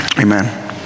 Amen